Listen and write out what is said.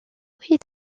est